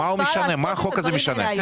מה החוק הזה משנה?